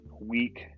week